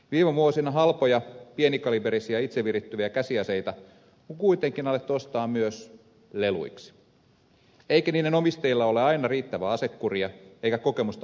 viime vuosina halpoja pienikaliiberisia itsevirittyviä käsiaseita on kuitenkin alettu ostaa myös leluiksi eikä niiden omistajilla ole aina riittävää asekuria eikä kokemusta aseiden käsittelystä